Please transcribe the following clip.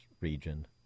region